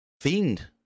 Fiend